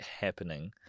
happening